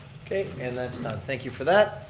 okay and that's done, thank you for that.